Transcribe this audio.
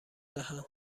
دهند